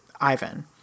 Ivan